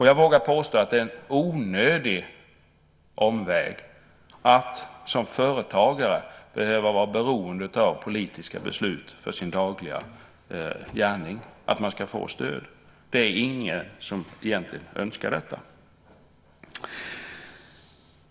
Jag vågar påstå att det är en onödig omväg att som företagare behöva vara beroende av politiska beslut för sin dagliga gärning för att man ska få stöd. Det är ingen som egentligen önskar detta.